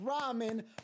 Ramen